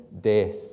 death